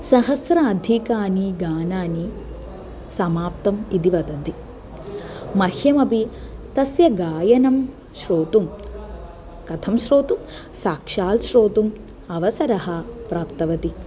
सहस्र अधिकानि गानानि समाप्तम् इति वदन्ति मह्यमपि तस्य गायनं श्रोतुं कथं श्रोतुं साक्षात् श्रोतुम् अवसरः प्राप्तवती